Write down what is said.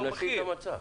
הם מנצלים את המצב.